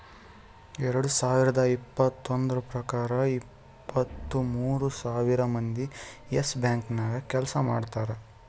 ಎರಡು ಸಾವಿರದ್ ಇಪ್ಪತ್ತೊಂದು ಪ್ರಕಾರ ಇಪ್ಪತ್ತು ಮೂರ್ ಸಾವಿರ್ ಮಂದಿ ಯೆಸ್ ಬ್ಯಾಂಕ್ ನಾಗ್ ಕೆಲ್ಸಾ ಮಾಡ್ತಾರ್